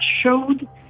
showed